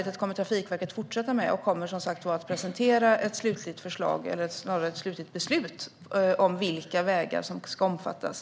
Trafikverket kommer som sagt att inom ett år från dagens datum presentera ett slutligt beslut om vilka vägar som ska omfattas.